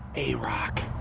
a rock